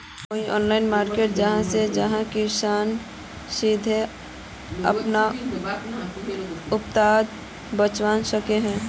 कोई online market जगह छे जहाँ किसान सीधे अपना उत्पाद बचवा सको हो?